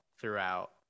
throughout